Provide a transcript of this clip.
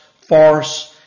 farce